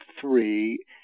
three